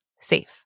safe